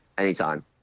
Anytime